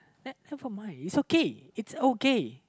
that come from mine is okay it's okay